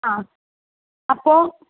ആ അപ്പോൾ